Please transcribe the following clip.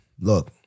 Look